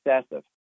excessive